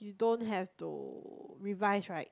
don't have to revise right